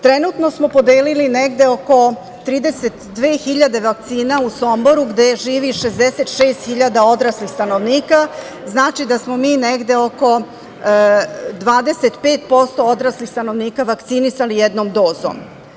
Trenutno smo podelili negde oko 32 hiljade vakcina u Somboru, gde živi 66 hiljada odraslih stanovnika, što znači da smo mi negde oko 25% odraslih stanovnika vakcinisali jednom dozom.